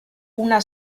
una